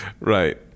Right